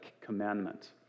commandment